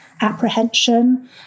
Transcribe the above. apprehension